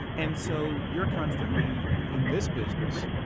and so, you're constantly, in this business,